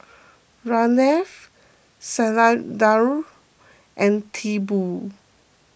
Ramnath Satyendra and Tipu